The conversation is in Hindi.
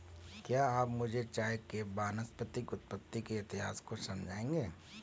क्या आप मुझे चाय के वानस्पतिक उत्पत्ति के इतिहास को समझाएंगे?